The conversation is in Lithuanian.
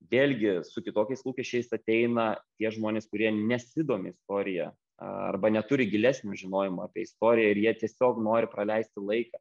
vėlgi su kitokiais lūkesčiais ateina tie žmonės kurie nesidomi istorija arba neturi gilesnio žinojimo apie istoriją ir jie tiesiog nori praleisti laiką